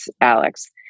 Alex